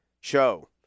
show